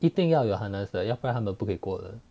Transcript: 一定要有 harness 的要不然他们不可以过的